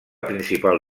principal